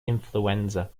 influenza